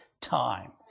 time